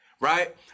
right